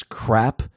crap